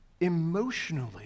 emotionally